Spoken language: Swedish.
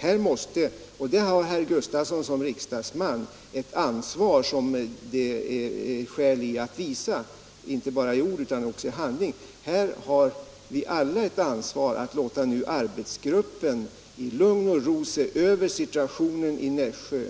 Här måste herr Gustavsson ha ett ansvar som det är skäl att visa inte bara i ord utan också i handling, och här har vi alla ett ansvar att låta arbetsgruppen i lugn och ro se över situationen i Nässjö